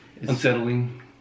unsettling